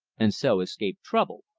and so escape trouble.